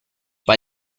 bei